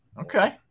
Okay